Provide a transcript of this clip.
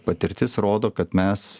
patirtis rodo kad mes